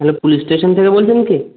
হ্যাঁ police station থেকে বলছেন কি